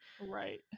Right